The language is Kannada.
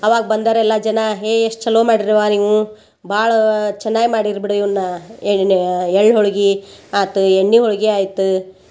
ಅವಾಗ ಬಂದೊರೆಲ್ಲ ಜನ ಹೇ ಎಷ್ಟು ಚಲೋ ಮಾಡಿರ್ಯವ ನೀವು ಭಾಳ ಚೆನ್ನಾಗಿ ಮಾಡೀರಿ ಬಿಡಿ ಇವನ್ನ ಎಣ್ಣೆಯ ಎಳ್ಳು ಹೋಳ್ಗಿ ಆತು ಎಣ್ಣೆ ಹೋಳ್ಗೆ ಆಯ್ತು